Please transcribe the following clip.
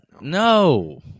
No